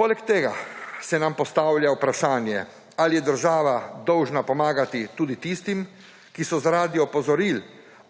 Poleg tega se nam postavlja vprašanje, ali je država dolžna pomagati tudi tistim, ki se zaradi opozoril